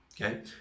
Okay